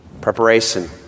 Preparation